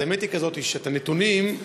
האמת היא שאת הנתונים,